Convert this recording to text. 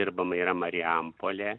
dirbama yra marijampolė